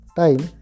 time